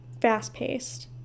fast-paced